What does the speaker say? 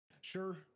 Sure